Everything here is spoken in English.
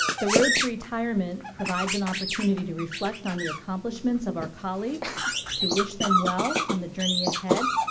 the road to retirement provides an opportunity to reflect on the accomplishments of our colleagues to wish them well on the journey ahead.